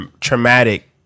traumatic